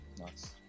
nice